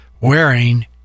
wearing